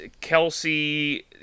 Kelsey